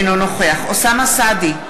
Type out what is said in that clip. אינו נוכח אוסאמה סעדי,